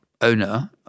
owner